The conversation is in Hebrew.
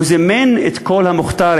הוא זימן את כל המוכתרים,